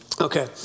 Okay